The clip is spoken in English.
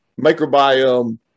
microbiome